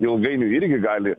ilgainiui irgi gali